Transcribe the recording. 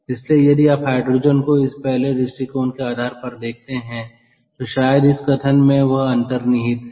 इसलिए यदि आप हाइड्रोजन को इस पहले दृष्टिकोण के आधार पर देखते हैं तो शायद इस कथन में वह अंतर्निहित है